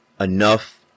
enough